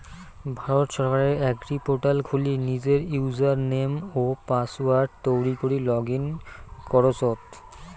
ভারত সরকারের এগ্রিপোর্টাল খুলি নিজের ইউজারনেম ও পাসওয়ার্ড তৈরী করি লগ ইন করচত